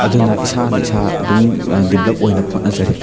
ꯑꯗꯨꯅ ꯏꯁꯥꯅ ꯏꯁꯥ ꯑꯗꯨꯝ ꯗꯦꯕꯂꯞ ꯑꯣꯏꯅꯕ ꯍꯣꯠꯅꯖꯔꯤ